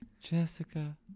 Jessica